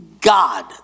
God